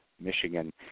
Michigan